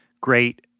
great